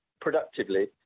productively